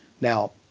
Now